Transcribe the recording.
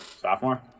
Sophomore